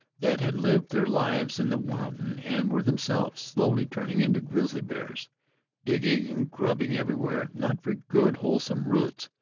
that had lived their lives in the mountain and were themselves slowly turning into grizzly bears digging and grubbing everywhere, not for good, wholesome roots,